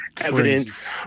Evidence